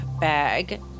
bag